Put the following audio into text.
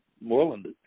Moreland